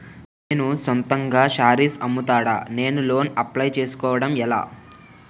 నేను సొంతంగా శారీస్ అమ్ముతాడ, నేను లోన్ అప్లయ్ చేసుకోవడం ఎలా?